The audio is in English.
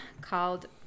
called